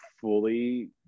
fully